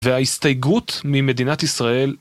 וההסתייגות ממדינת ישראל